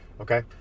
okay